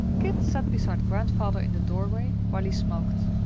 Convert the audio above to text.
kit sat beside grandfather in the doorway while he smoked.